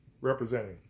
representing